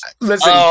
listen